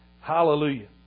Hallelujah